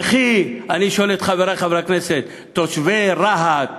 וכי, אני שואל את חברי חברי הכנסת, תושבי רהט